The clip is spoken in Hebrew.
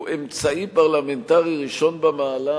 הוא אמצעי פרלמנטרי ראשון במעלה,